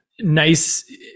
nice